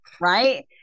Right